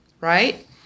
right